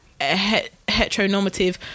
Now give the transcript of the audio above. heteronormative